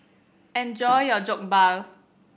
enjoy your Jokbal